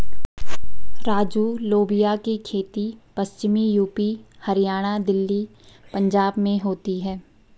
राजू लोबिया की खेती पश्चिमी यूपी, हरियाणा, दिल्ली, पंजाब में होती है